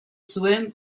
zuen